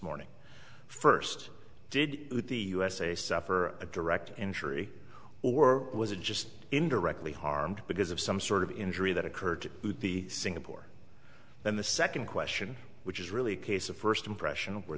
morning first did the usa suffer a direct injury or was it just indirectly harmed because of some sort of injury that occurred at the singapore then the second question which is really a case of first impression where